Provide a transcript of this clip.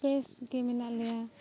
ᱵᱮᱥᱜᱮ ᱢᱮᱱᱟᱜ ᱞᱮᱭᱟ